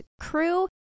crew